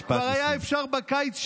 זה כבר היה בקיץ שעבר.